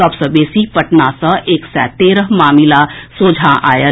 सभ सँ बेसी पटना सँ एक सय तेरह मामिला सोझा आएल